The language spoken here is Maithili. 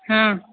हँ